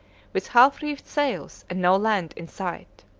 with half-reefed sails and no land in sight.